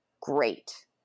great